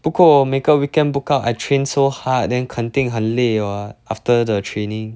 不过每个 weekend book out I train so hard then 肯定很累 what after the training